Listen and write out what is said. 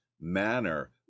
manner